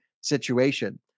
situation